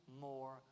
more